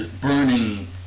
burning